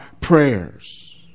prayers